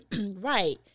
right